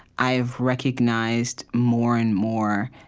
i have recognized, more and more,